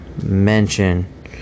mention